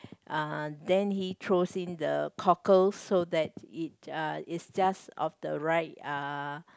uh then he throws in the cockles so that it uh it's just of the right uh